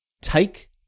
take